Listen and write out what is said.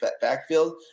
backfield